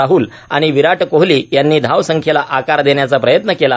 राहूल आणि विराट कोहली यांनी धावसंख्येला आकार देण्याचा प्रयत्न केला